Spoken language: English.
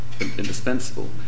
indispensable